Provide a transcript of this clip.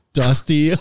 dusty